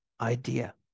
idea